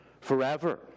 forever